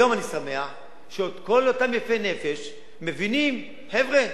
היום אני שמח שכל אותם יפי נפש מבינים: חבר'ה,